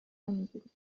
میگیریم